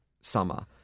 summer